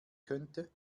könnte